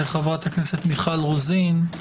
לחברת הכנסת מיכל רוזין.